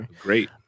great